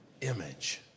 image